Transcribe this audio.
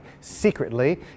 secretly